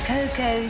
Coco